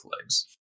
legs